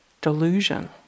delusion